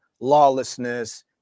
lawlessness